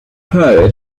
heard